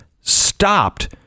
stopped